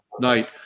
night